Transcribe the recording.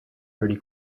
pretty